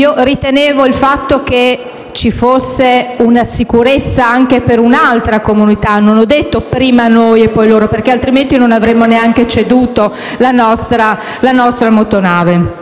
al fatto che ci fosse una sicurezza anche per un'altra comunità. Non ho detto prima noi e poi loro, perché altrimenti non avremmo neanche ceduto la nostra motonave.